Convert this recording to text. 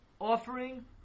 offering